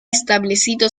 establecido